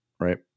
Right